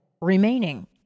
remaining